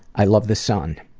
i love the sun.